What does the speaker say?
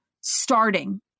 starting